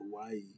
Hawaii